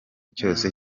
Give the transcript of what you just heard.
cyose